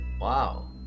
Wow